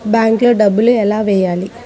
బ్యాంక్లో డబ్బులు ఎలా వెయ్యాలి?